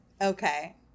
Okay